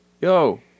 yo